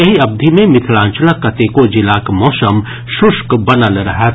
एहि अवधि मे मिथिलांचलक कतेको जिलाक मौसम शुष्क बनल रहत